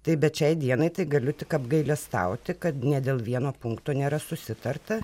tai bet šiai dienai tai galiu tik apgailestauti kad nė dėl vieno punkto nėra susitarta